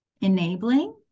enabling